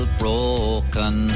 broken